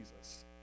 jesus